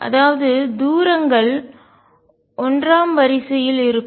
அதாவது தூரங்கள் 1 வரிசையில் இருக்கும்